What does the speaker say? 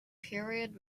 period